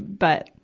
but,